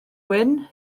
wyn